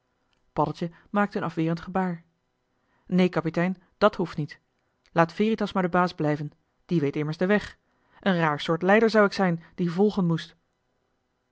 maakte een afwerend gebaar néén kapitein dàt hoeft niet laat veritas maar de baas blijven die weet immers den weg een raar soort leider zou ik zijn die volgen moest